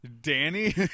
Danny